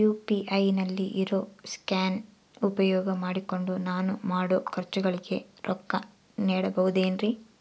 UPI ನಲ್ಲಿ ಇರೋ scan ಉಪಯೋಗ ಮಾಡಿಕೊಂಡು ನಾನು ಮಾಡೋ ಖರ್ಚುಗಳಿಗೆ ರೊಕ್ಕ ನೇಡಬಹುದೇನ್ರಿ?